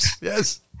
yes